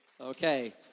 Okay